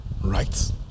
Right